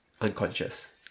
unconscious